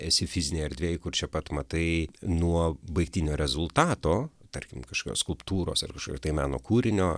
esi fizinėj erdvėj kur čia pat matai nuo baigtinio rezultato tarkim kažkokios skulptūros ar kažkokio tai meno kūrinio